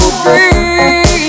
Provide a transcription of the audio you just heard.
free